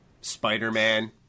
Spider-Man